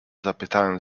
zapytałem